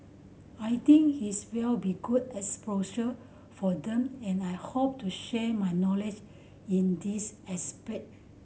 I think his will be good exposure for them and I hope to share my knowledge in these aspect